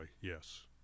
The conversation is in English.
yes